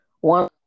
One